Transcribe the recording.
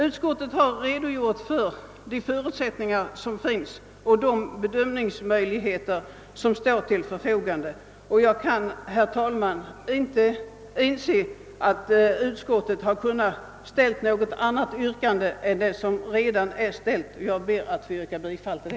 Utskottet har redogjort för de föreliggande förutsättningarna och de bedömningsmöjligheter som står till förfogande och jag kan, herr talman, inte inse att utskottet har kunnat ställa något annat yrkande. Jag ber att få yrka bifall till utskottets hemställan.